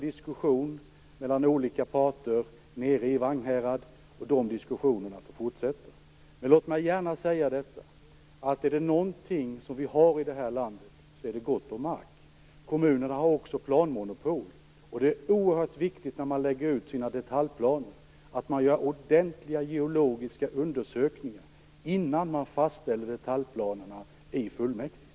Diskussion mellan olika parter pågår nere i Vagnhärad, och de diskussionerna skall få fortsätta. Men låt mig säga att om det är något vi har gott om i det här landet, så är det mark. Kommunerna har också planmonopol, och när man lägger ut sina detaljplaner är det oerhört viktigt att man gör ordentliga geologiska undersökningar, innan man fastställer detaljplanerna i fullmäktige.